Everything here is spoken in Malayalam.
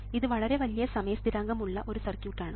ഇത് വളരെ വലിയ സമയ സ്ഥിരാങ്കം ഉള്ള ഒരു സർക്യൂട്ട് ആണ്